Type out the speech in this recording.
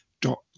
dot